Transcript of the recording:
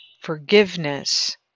forgiveness